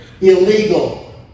illegal